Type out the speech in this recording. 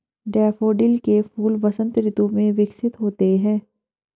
daffodil के फूल वसंत ऋतु में विकसित होते हैं